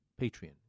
Patreon